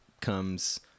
comes –